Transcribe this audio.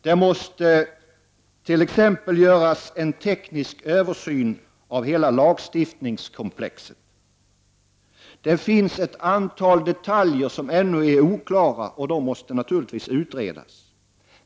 Det måste t.ex. göras en teknisk översyn av hela lagstiftningskomplexet. Det finns ett antal detaljer som ännu är oklara. De måste utredas.